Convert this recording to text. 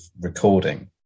recording